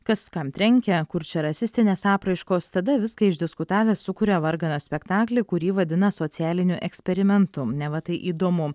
kas kam trenkė kur čia rasistinės apraiškos tada viską išdiskutavę sukuria varganą spektaklį kurį vadina socialiniu eksperimentu neva tai įdomu